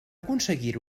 aconseguir